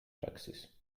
praxis